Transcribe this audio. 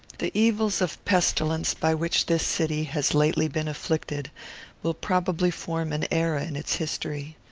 the evils of pestilence by which this city has lately been afflicted will probably form an era in its history.